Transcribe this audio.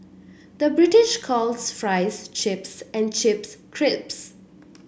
the British calls fries chips and chips crisps